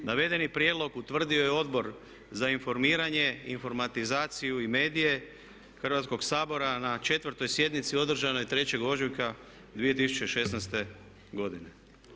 Navedeni prijedlog utvrdio je Odbor za informiranje, informatizaciju i medije Hrvatskog sabora na 4. sjednici održanoj 3. ožujka 2016. godine.